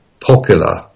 popular